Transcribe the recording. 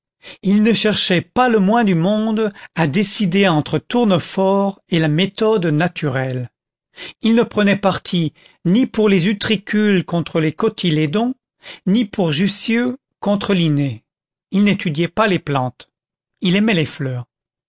il ne cherchait pas le moins du monde à décider entre tournefort et la méthode naturelle il ne prenait parti ni pour les utricules contre les cotylédons ni pour jussieu contre linné il n'étudiait pas les plantes il aimait les fleurs